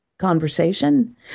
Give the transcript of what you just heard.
conversation